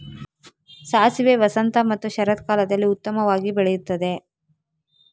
ಸಾಸಿವೆ ವಸಂತ ಮತ್ತು ಶರತ್ಕಾಲದಲ್ಲಿ ಉತ್ತಮವಾಗಿ ಬೆಳೆಯುತ್ತದೆ